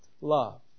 love